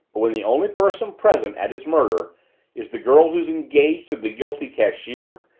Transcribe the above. but when the only person present at his murder is the girl who's engaged to the guilty cashier,